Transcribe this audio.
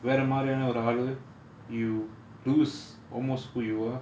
வேற மாரியான ஒரு ஆளு:vera maariyana oru aalu you lose almost who you are